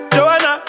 Joanna